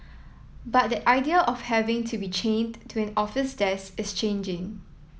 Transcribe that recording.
but that idea of having to be chained to an office desk is changing